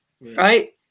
Right